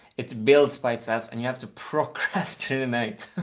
it builds by itself and you have to procrastinate,